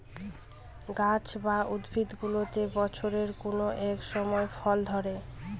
গাছ বা উদ্ভিদগুলোতে বছরের কোনো এক সময় ফল ধরে